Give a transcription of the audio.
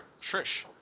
Trish